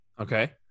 Okay